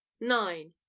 nine